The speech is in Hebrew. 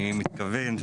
אני נתנאל היימן.